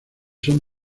son